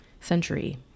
Century